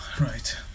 right